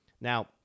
Now